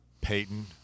Peyton